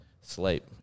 sleep